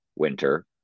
Winter